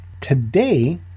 Today